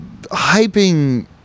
hyping